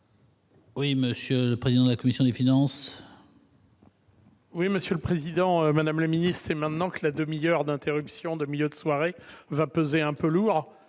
Oui, Monsieur le président de la commission des finances. Oui, Monsieur le Président, Madame la Ministre, maintenant que la demi-heure d'interruption de milieu de soirée va peser un peu lourd